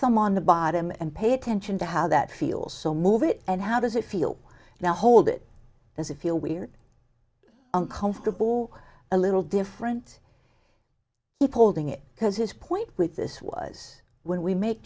some on the bottom and pay attention to how that feels so move it and how does it feel now hold it there's a feel weird uncomfortable a little different it holding it because his point with this was when we make